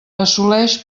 assoleix